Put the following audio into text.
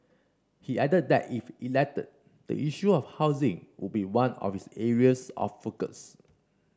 he added that if elected the issue of housing would be one of his areas of focus